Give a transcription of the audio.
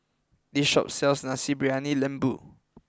this shop sells Nasi Briyani Lembu